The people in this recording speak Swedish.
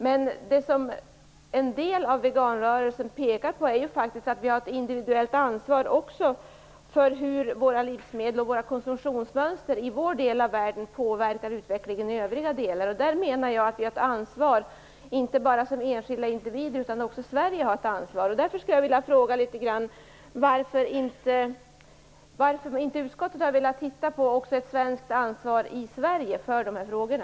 Men det som en del av veganrörelsen pekar på är att vi har ett individuellt ansvar också för hur våra livsmedel och konsumtionsmönstren i vår del av världen påverkar utvecklingen i övriga delar av världen. Där menar jag att vi har ett ansvar, inte bara som enskilda individer utan också Sverige som nation. Därför skulle jag vilja fråga varför utskottet inte har velat titta närmare också på ett svenskt ansvar i Sverige för de här frågorna.